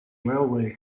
railway